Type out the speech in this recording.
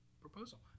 proposal